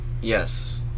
Yes